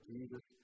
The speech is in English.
Jesus